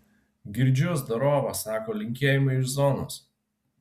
girdžiu zdarova sako linkėjimai iš zonos